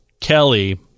Kelly